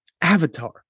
Avatar